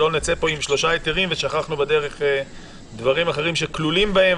שלא נצא מפה עם שלושה היתרים ושכחנו בדרך דברים אחרים שכלולים בהם,